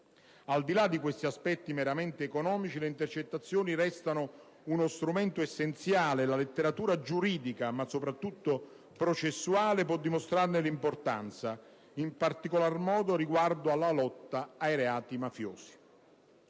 Al di là di questi aspetti meramente economici, le intercettazioni restano uno strumento essenziale e la letteratura giuridica, ma soprattutto processuale, può dimostrarne l'importanza, in particolar modo riguardo alla lotta ai reati mafiosi.